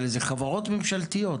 אחת, למשל,